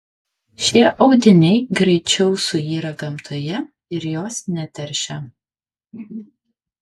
šie audiniai greičiau suyra gamtoje ir jos neteršia